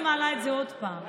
מקסימום אני מעלה את זה עוד פעם,